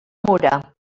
mura